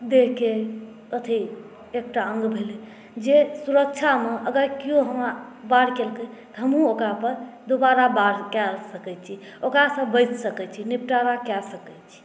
देहके अथी एकटा अङ्ग भेलै जे सुरक्षामे अगर किओ हमरा वार केलकै तऽ हमहूँ ओकरापर दुबारा वार कऽ सकै छी ओकरासँ बचि सकै छी निपटारा कऽ सकै छी